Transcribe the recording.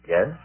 Yes